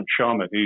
Sharma